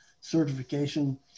certification